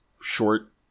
short